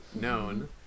known